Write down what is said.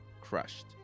Crushed